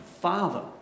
father